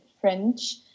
French